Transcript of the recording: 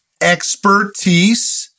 expertise